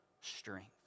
strength